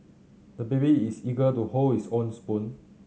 the baby is eager to hold his own spoon